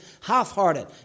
half-hearted